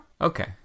Okay